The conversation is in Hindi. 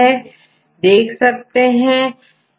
यदि विंडो साइज5 है देख सकते हैं